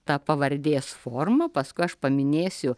ta pavardės forma paskui aš paminėsiu